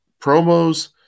promos